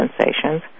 sensations